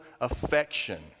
affection